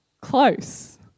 close